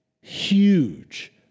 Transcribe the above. huge